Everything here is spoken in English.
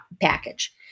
package